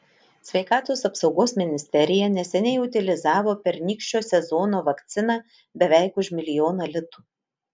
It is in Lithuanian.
sveikatos apsaugos ministerija neseniai utilizavo pernykščio sezono vakciną beveik už milijoną litų